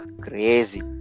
crazy